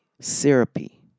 syrupy